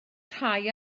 rhai